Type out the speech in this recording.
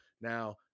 Now